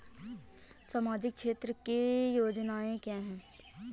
सामाजिक क्षेत्र की योजनाएँ क्या हैं?